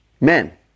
men